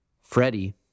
Freddie